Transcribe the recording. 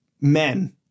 men